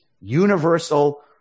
universal